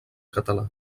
català